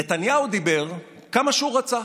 נתניהו דיבר כמה שהוא רצה,